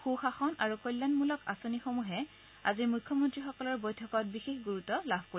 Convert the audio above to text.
সূ শাসন আৰু কল্যাণমূলক আঁচনিসমূহে আজিৰ মুখ্যমন্ত্ৰীসকলৰ বৈঠকত বিশেষ গুৰুত্ব লাভ কৰিব